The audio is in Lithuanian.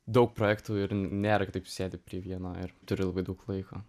daug projektų ir nėra kad taip sėdi prie vieno ir turi labai daug laiko